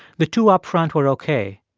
the two up front were ok,